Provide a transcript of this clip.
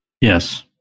Yes